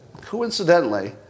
coincidentally